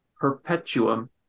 perpetuum